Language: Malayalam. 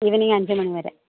ഈവനിംഗ് അഞ്ച് മണി വരെ